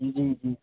जी जी